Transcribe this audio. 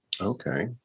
Okay